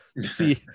see